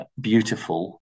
beautiful